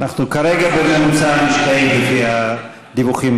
אנחנו כרגע בממוצע המשקעים, לפי הדיווחים.